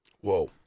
whoa